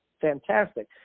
fantastic